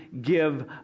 give